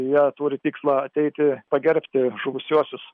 jie turi tikslą ateiti pagerbti žuvusiuosius